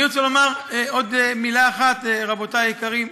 אני רוצה לומר עוד מילה אחת, רבותי היקרים.